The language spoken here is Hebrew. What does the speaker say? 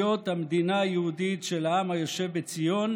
המדינה היהודית של העם היושב בציון,